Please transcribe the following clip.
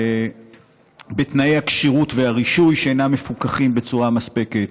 בתנאי הכשירות והרישוי שאינם מפוקחים בצורה מספקת,